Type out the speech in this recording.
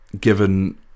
given